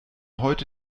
heute